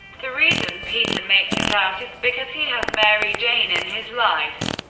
the reason peter makes it out is, because he has mary jane in his life,